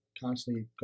constantly